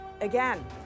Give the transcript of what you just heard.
again